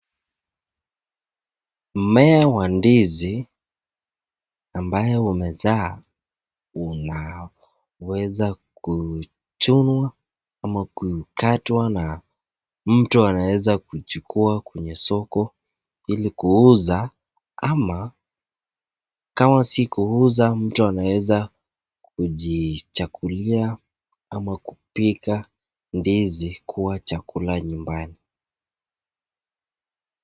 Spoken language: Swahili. Mmea wa ndizi ambayo umezaa unaweza kuchunwa ama kukatwa na mtu anaweza kuchukua kwenye soko ili kuuza ama kama si kuuza mtu anaweza kujichagulia ama kupika ndizi kuwa chakula nyumbani.